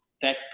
tech